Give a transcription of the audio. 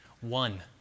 One